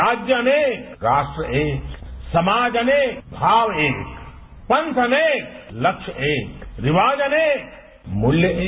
राज्य अनेक राष्ट्र एक समाज एक भाव अनेक पंथ अनेक लक्ष्य एक रिवाज अनेक मूल्य एक